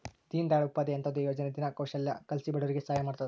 ದೀನ್ ದಯಾಳ್ ಉಪಾಧ್ಯಾಯ ಅಂತ್ಯೋದಯ ಯೋಜನೆ ದಿನ ಕೌಶಲ್ಯ ಕಲ್ಸಿ ಬಡವರಿಗೆ ಸಹಾಯ ಮಾಡ್ತದ